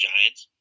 Giants